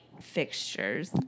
fixtures